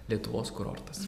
lietuvos kurortas